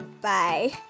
bye